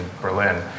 Berlin